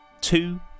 two